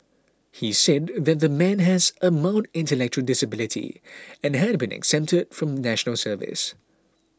he said that the man has a mild intellectual disability and had been exempted from National Service